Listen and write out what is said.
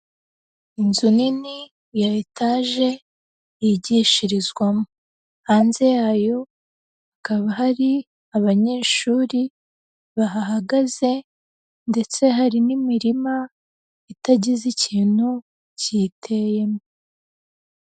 Inzu nini ya etaje yigishirizwamo. Hanze yayo hakaba hari abanyeshuri bahahagaze ndetse hari n'imirima itagize ikintu kiyiteyemo.